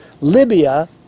Libya